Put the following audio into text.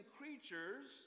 creatures